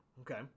Okay